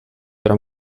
però